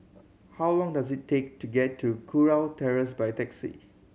how long does it take to get to Kurau Terrace by taxi